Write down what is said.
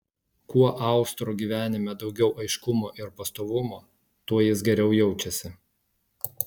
kuo austro gyvenime daugiau aiškumo ir pastovumo tuo jis geriau jaučiasi